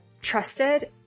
trusted